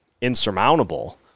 insurmountable